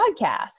podcast